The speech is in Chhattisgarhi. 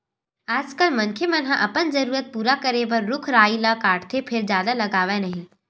आजकाल मनखे मन ह अपने जरूरत पूरा करे बर रूख राई ल काटथे फेर जादा लगावय नहि